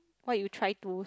what you try to